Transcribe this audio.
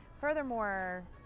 Furthermore